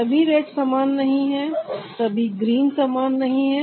सभी रेड समान नहीं है सभी ग्रीन समान नहीं है